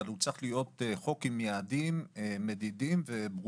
אבל הוא צריך להיות חוק עם יעדים מדידים וברורים.